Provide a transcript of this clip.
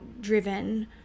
driven